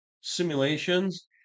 simulations